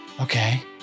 Okay